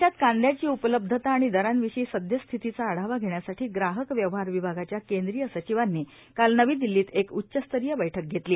देशात कांदयाची उपलब्धता आणि दरांविषयी सदयस्थितीचा आढावा घेण्यासाठी ग्राहक व्यवहार विभा च्या केंद्रीय सचिवांनी काल नवी दिल्लीत एक उच्चस्तरीय बैठक घेतली